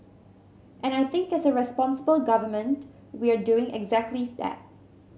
and I think as a responsible government we're doing exactly that